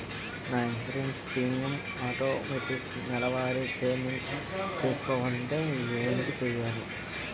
నా insurance premium automatic నెలవారి payment చేసుకోవాలంటే ఏంటి చేయాలి?